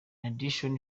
addition